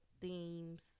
themes